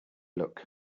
look